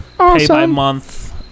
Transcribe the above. pay-by-month